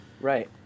right